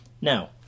Now